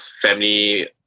Family